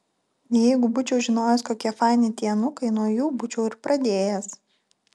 jeigu būčiau žinojęs kokie faini tie anūkai nuo jų būčiau ir pradėjęs